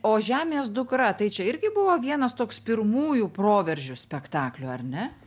o žemės dukra tai čia irgi buvo vienas toks pirmųjų proveržių spektaklių ar ne